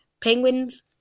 Penguins